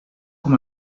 com